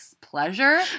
pleasure